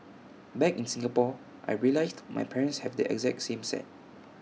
back in Singapore I realised my parents have the exact same set